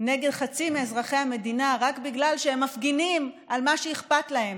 נגד חצי מאזרחי המדינה רק בגלל שהם מפגינים על מה שאכפת להם.